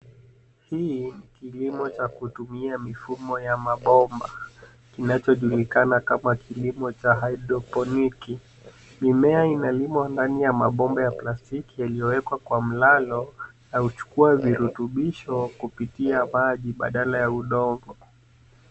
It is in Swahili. Hii ni kilimo cha kutumia mifumo ya mabomba kinachojulikana kama kilimo cha haidroponiki. Mimea inalimwa ndani ya mabomba ya plastiki yaliyowekwa kwa mlazo na huchukua virutubisho kupitia maji badala ya udongo.